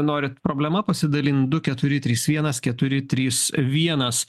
norit problema pasidalint du keturi trys vienas keturi trys vienas